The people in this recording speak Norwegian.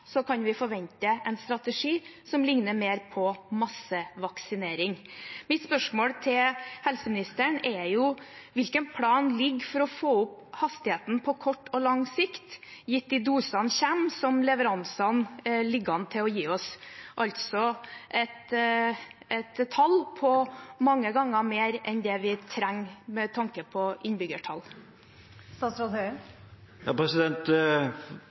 kan vi forvente en strategi som ligner mer på massevaksinering. Mitt spørsmål til helseministeren er: Hvilken plan ligger for å få opp hastigheten på kort og lang sikt gitt at de dosene kommer som leveransene ligger an til å gi oss, altså et tall på mange ganger mer enn det vi trenger med tanke på